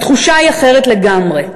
התחושה היא אחרת לגמרי.